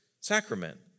Sacrament